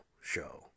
show